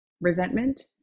resentment